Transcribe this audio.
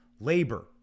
labor